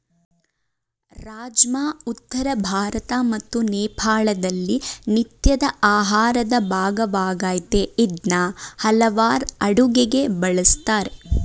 ರಾಜ್ಮಾ ಉತ್ತರ ಭಾರತ ಮತ್ತು ನೇಪಾಳದಲ್ಲಿ ನಿತ್ಯದ ಆಹಾರದ ಭಾಗವಾಗಯ್ತೆ ಇದ್ನ ಹಲವಾರ್ ಅಡುಗೆಗೆ ಬಳುಸ್ತಾರೆ